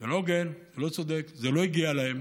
זה לא הוגן, זה לא צודק, זה לא הגיע להם.